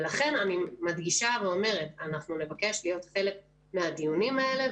ולכן אני מדגישה ואומרת: אנחנו נבקש להיות חלק מהדיונים האלה,